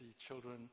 children